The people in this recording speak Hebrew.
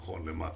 נכון, למטה.